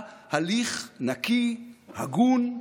היא צריכה הליך נקי, הגון,